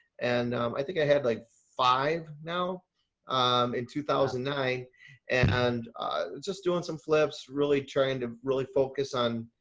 and um i think i had like five now in two thousand and nine and just doing some flips, really trying to really focus on